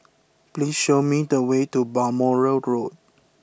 please show me the way to Balmoral Road